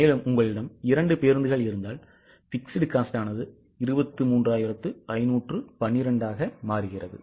மேலும் உங்களிடம் 2 பேருந்துகள் இருந்தால் fixed cost 23512 ஆக மாறுகிறது